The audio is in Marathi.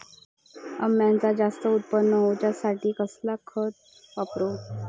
अम्याचा जास्त उत्पन्न होवचासाठी कसला खत वापरू?